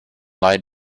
lied